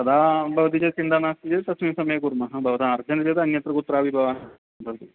तदा भवति चेत् चिन्ता नास्ति चेत् तस्मिन् समये कुर्मः भवतः अर्जेन्ट चेत् अन्यत्र कुत्रापि चेत् भवान्